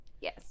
yes